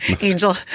angel